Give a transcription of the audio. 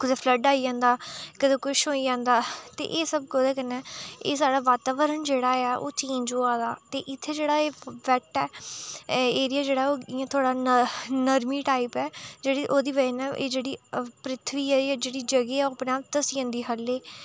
कुदै फ्लड आई जंदा कदें कुछ होई जंदा ते एह् सब कोह्दे कन्नै एह् साढ़ा बाताबरण जेहड़ा ऐ ओह् चेंज़ होआ दा इ'त्थें जेह्ड़ा इफेक्ट ऐ एरिया जेह्ड़ा ऐ ओह् इ'यां थोह्ड़ा नरमी टाइप ऐ जेह्ड़ी ओह्दी बजह् ने एह् जेह्ड़ी पृथ्वी ऐ जां जेह्ड़ी जगह ऐ अपने आप धस्सी जन्दी ख'ल्ले ई